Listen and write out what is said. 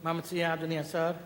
מה מציע אדוני השר?